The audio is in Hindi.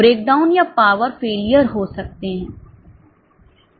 ब्रेक डाउन हो सकते हैं